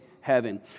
heaven